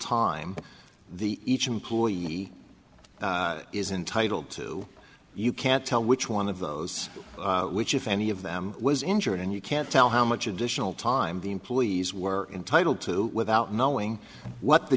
time the each employee is entitle to you can't tell which one of those which if any of them was injured and you can't tell how much additional time the employees were entitled to without knowing what the